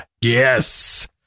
Yes